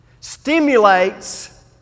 stimulates